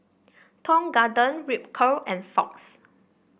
Tong Garden Ripcurl and Fox